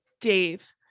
Dave